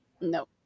No